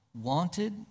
wanted